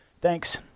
Thanks